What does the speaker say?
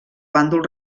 bàndol